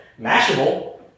Mashable